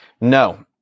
No